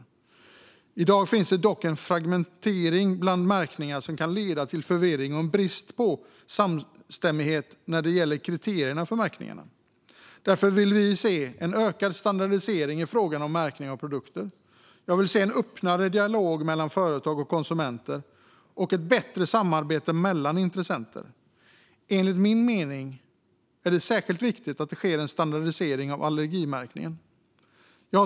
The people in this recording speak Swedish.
I dag finns det dock en fragmentering bland märkningarna som kan leda till förvirring och en brist på samstämmighet när det gäller kriterierna för märkningarna. Därför vill vi se en ökad standardisering i fråga om märkning av produkter. Jag vill se en öppnare dialog mellan företag och konsumenter och ett bättre samarbete mellan intressenter. Enligt min mening är det särskilt viktigt att det sker en standardisering av allergimärkningen.